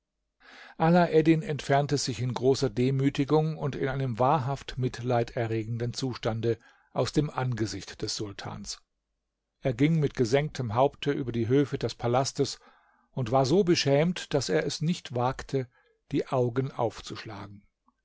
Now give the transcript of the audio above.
alaeddin entfernte sich in großer demütigung und in einem wahrhaft mitleiderregenden zustande aus dem angesicht des sultans er ging mit gesenktem haupte über die höfe des palastes und war so beschämt daß er es nicht wagte die augen aufzuschlagen